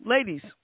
Ladies